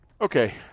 okay